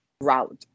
route